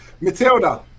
Matilda